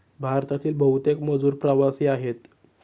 भारतातील बहुतेक मजूर प्रवासी आहेत